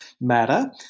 matter